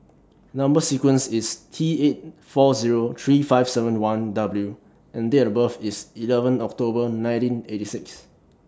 Number sequence IS T eight four Zero three five seven one W and Date of birth IS eleven October nineteen eight six